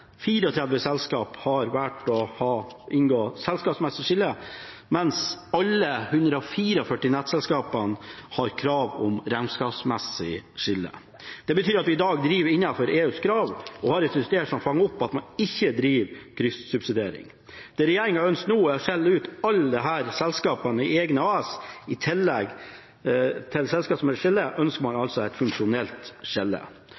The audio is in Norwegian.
34 selskap har valgt å inngå selskapsmessig skille, mens alle de 144 nettselskapene har krav om regnskapsmessig skille. Det betyr at vi i dag driver innenfor EUs krav og har et system som fanger opp at man ikke driver kryssubsidiering. Det regjeringen ønsker nå, er å skille ut alle disse selskapene i egne AS-er. I tillegg til selskapsmessig skille ønsker man altså et funksjonelt skille.